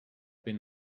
been